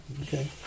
Okay